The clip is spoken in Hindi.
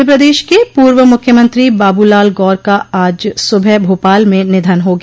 मध्य प्रदेश के पूर्व मुख्यमंत्री बाबूलाल गौर का आज सुबह भोपाल में निधन हो गया